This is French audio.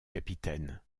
capitaine